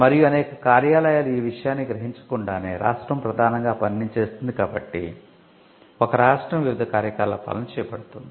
మరియు అనేక కార్యాలయాలు ఈ విషయాన్ని గ్రహించకుండానే రాష్ట్రం ప్రధానంగా ఈ పనిని చేస్తుంది కాబట్టి ఒక రాష్ట్రం వివిధ కార్యకలాపాలను చేపడుతుంది